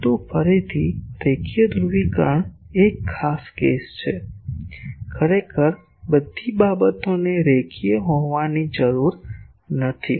પરંતુ ફરીથી રેખીય ધ્રુવીકરણ એ એક ખાસ કેસ છે ખરેખર બધી બાબતોને રેખીય હોવાની જરૂર નથી